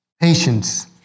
Patience